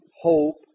hope